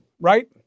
right